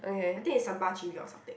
I think it's sambal chilli or something